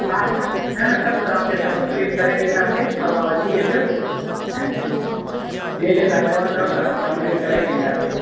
हा हा न न सभु तव्हांखे कंप्लीट करे ॾींदासीं तव्हां वठी अचो ऐं जॾहिं तव्हां चवंदो त कंप्लीट करे ॾींदासीं